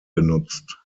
genutzt